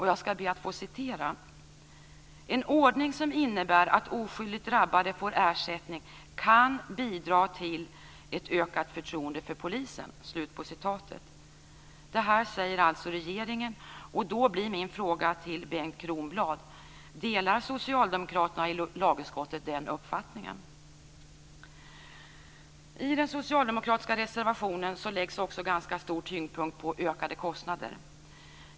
Jag skall be att få citera: "En ordning som innebär att oskyldigt drabbade får ersättning kan bidra till ett ökat förtroende för polisen." Det här säger alltså regeringen. Då blir min fråga till Bengt Kronblad: Delar socialdemokraterna i lagutskottet den uppfattningen? I den socialdemokratiska reservationen läggs också ganska stor tyngdpunkt på ökade kostnader.